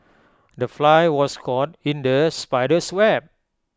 the fly was caught in the spider's web